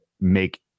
make